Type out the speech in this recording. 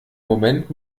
moment